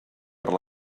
per